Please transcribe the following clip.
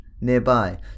nearby